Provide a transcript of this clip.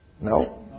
No